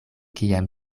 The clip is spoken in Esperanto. kiam